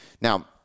Now